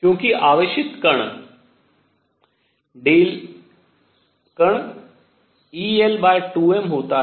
क्योंकि आवेशित कण el2m होता है